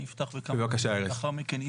אני אפתח בכמה דברים ולאחר מכן,